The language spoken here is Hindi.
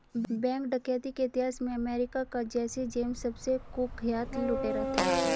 बैंक डकैती के इतिहास में अमेरिका का जैसी जेम्स सबसे कुख्यात लुटेरा था